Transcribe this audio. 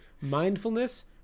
mindfulness